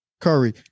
Curry